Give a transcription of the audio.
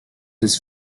his